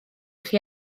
chi